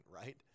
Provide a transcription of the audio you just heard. right